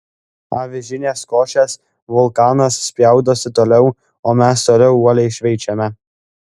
avižinės košės vulkanas spjaudosi toliau o mes toliau uoliai šveičiame